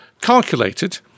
calculated